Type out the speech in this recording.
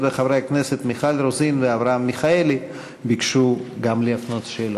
מיכל רוזין ואברהם מיכאלי ביקשו גם הם להפנות שאלות.